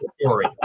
story